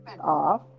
off